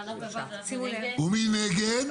מי נגד?